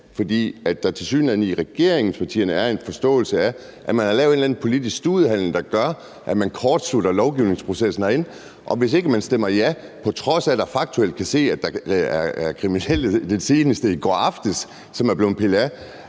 fordi der tilsyneladende i regeringspartierne er en forståelse af, at man har lavet en eller anden politisk studehandel, der gør, at man kortslutter lovgivningsprocessen herinde? Hvis ikke man stemmer ja, på trods af at man faktuelt kan se, at der er kriminelle, som er blevet pillet af